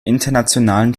internationalen